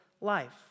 life